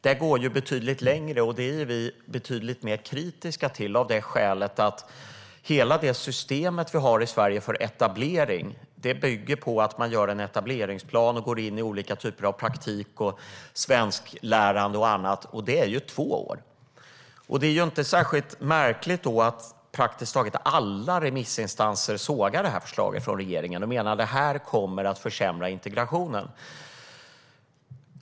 Detta går betydligt längre, och det är vi betydligt mer kritiska till av det skälet att hela det system som vi har i Sverige för etablering bygger på att man gör en etableringsplan och går in i olika typer av praktik, svensklärande och annat, och detta uppdrag omfattar två år. Det är därför inte särskilt märkligt att praktiskt taget alla remissinstanser sågar det här förslaget från regeringen och menar att det kommer att försämra integrationen.